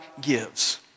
gives